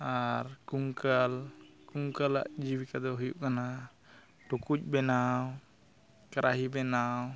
ᱟᱨ ᱠᱩᱝᱠᱟᱞ ᱠᱩᱝᱠᱟᱞᱟᱜ ᱡᱤᱵᱤᱠᱟ ᱫᱚ ᱦᱩᱭᱩᱜ ᱠᱟᱱᱟ ᱴᱩᱠᱩᱡ ᱵᱮᱱᱟᱣ ᱠᱟᱨᱟᱦᱤ ᱵᱮᱱᱟᱣ